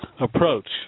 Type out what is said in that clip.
approach